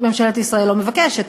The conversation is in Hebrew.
ממשלת ישראל לא מבקשת,